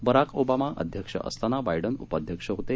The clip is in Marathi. बराक ओबामा अध्यक्ष असताना बायडन उपाध्यक्ष होते